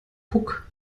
puck